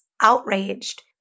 Outraged